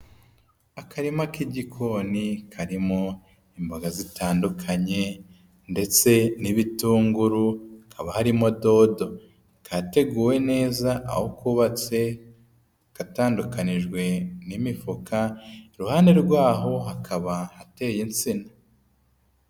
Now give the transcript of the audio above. Akarima k'igikoni karimo imboga zitandukanye ndetse n'ibitunguru, hakaba harimo dodo. Kateguwe neza aho kubatse gatandukanijwe n'imifuka, iruhande rwaho hakaba hateye insina.